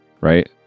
right